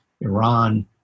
Iran